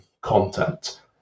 content